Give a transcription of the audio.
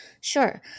Sure